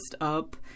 up